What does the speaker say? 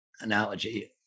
analogy